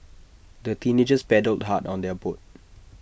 the teenagers paddled hard on their boat